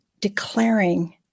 declaring